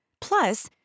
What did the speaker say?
plus